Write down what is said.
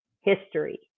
history